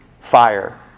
fire